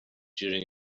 during